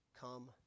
come